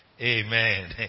Amen